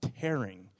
tearing